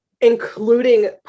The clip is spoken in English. Including